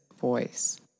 voice